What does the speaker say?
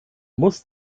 muss